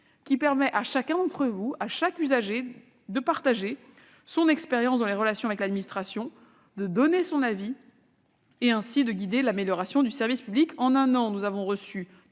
qui permet à chaque usager de partager son expérience dans ses relations avec l'administration, de donner son avis, donc de guider l'amélioration du service public. En un an, nous avons reçu